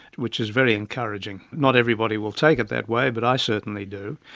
which is very encouraging. not everybody will take it that way but i certainly do,